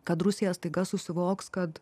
kad rusija staiga susivoks kad